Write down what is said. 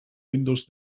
windows